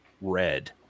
red